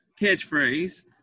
catchphrase